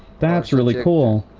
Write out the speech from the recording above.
that's really cool!